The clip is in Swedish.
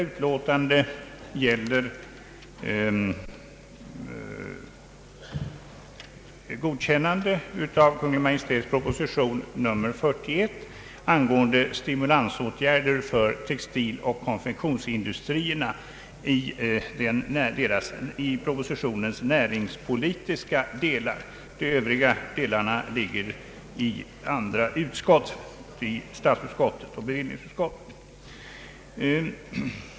Utlåtandet gäller godkännande av Kungl. Maj:ts proposition nr 41, angående sti propositionens näringspolitiska del — de övriga delarna behandlas i andra utskott, nämligen statsutskottet och bevillningsutskottet.